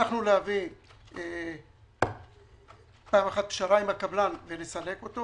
הצלחנו להביא פעם אחת פשרה עם הקבלן ולסלק אותו.